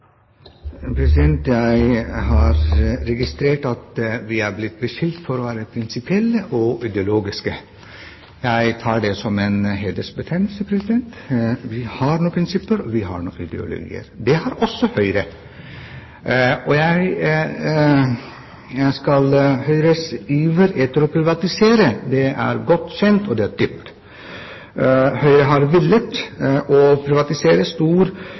Jeg har registrert at vi har blitt beskyldt for å være prinsipielle og ideologiske. Jeg tar det som en hedersbetegnelse. Vi har noen prinsipper, og vi har noen ideologier. Det har også Høyre. Høyres iver etter å privatisere er godt kjent, og det er dypt. Høyre har villet privatisere en stor